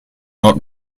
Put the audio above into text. not